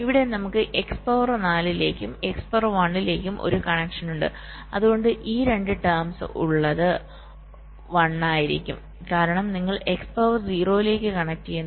ഇവിടെ നമുക്ക് x power 4 ലേയ്ക്കും x പവർ 1 ലേയ്ക്കും ഒരു കണക്ഷൻ ഉണ്ട് അതുകൊണ്ടാണ് ഈ 2 ടേംസ് ഉള്ളത് 1 ഉം ഉണ്ടായിരിക്കും കാരണം നിങ്ങൾ x പവർ 0 ലേക്ക് കണക്ട് ചെയ്യുന്നു